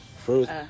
first